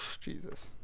Jesus